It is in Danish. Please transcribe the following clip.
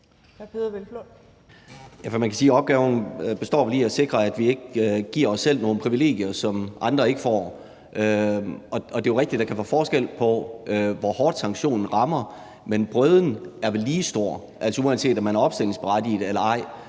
man kan sige, at opgaven består i at sikre, at vi ikke giver os selv nogle privilegier, som andre ikke får. Det er jo rigtigt, at der kan være forskel på, hvor hårdt sanktionen rammer, men brøden er vel lige stor, uanset om man er opstillingsberettiget eller ej,